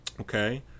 okay